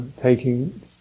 taking